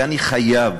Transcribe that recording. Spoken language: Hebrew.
ואני חייב